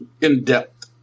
in-depth